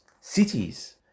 cities